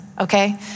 okay